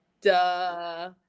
duh